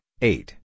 eight